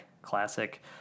classic